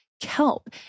Kelp